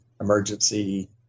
emergency